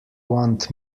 want